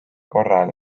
korral